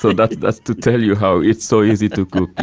so that's that's to tell you how it's so easy to cook. and